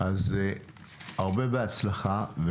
הרבה בהצלחה.